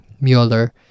mueller